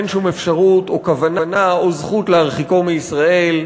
אין שום אפשרות או כוונה או זכות להרחיקו מישראל,